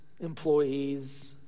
employees